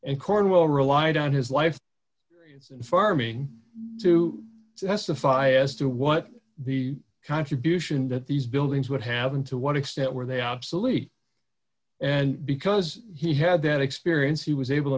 and cornwall relied on his life in farming to testify as to what the contribution that these buildings would have been to what extent were they obsolete and because he had that experience he was able to